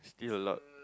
still got a lot